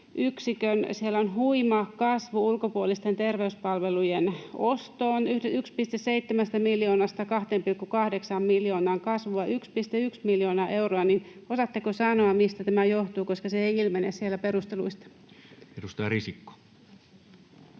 Siellä on huima kasvu ulkopuolisten terveyspalvelujen ostoon, 1,7 miljoonasta 2,8 miljoonaan, kasvua 1,1 miljoonaa euroa. Osaatteko sanoa, mistä tämä johtuu, koska se ei ilmene sieltä perusteluista? Edustaja Risikko.